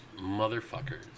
motherfuckers